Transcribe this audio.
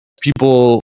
people